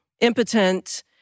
impotent